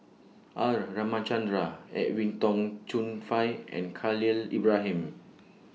R Ramachandran Edwin Tong Chun Fai and Khalil Ibrahim